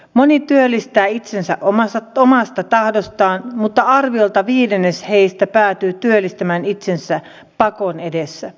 moni työllistää itsensä omasta tahdostaan mutta arviolta viidennes heistä päätyy työllistämään itsensä pakon edessä